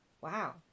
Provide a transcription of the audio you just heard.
Wow